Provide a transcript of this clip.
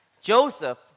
Joseph